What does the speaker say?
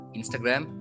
Instagram